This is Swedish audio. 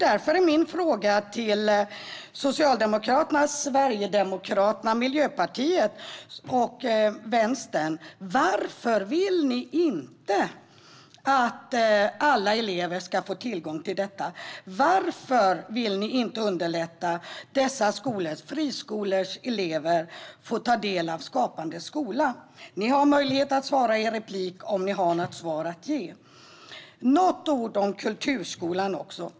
Därför är min fråga till Socialdemokraterna, Sverigedemokraterna, Miljöpartiet och Vänstern: Varför vill ni inte att alla elever ska få tillgång till detta? Varför vill ni inte underlätta för dessa friskolors elever att få ta del av Skapande skola? Ni har möjlighet att svara i replik om ni har något svar att ge. Jag ska säga något om kulturskolan också.